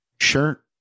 shirt